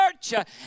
Church